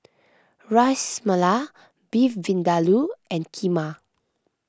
Ras Malai Beef Vindaloo and Kheema